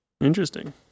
Interesting